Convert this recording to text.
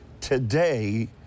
today